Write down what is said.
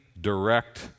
direct